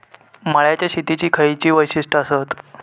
मळ्याच्या शेतीची खयची वैशिष्ठ आसत?